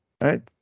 right